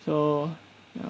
so ya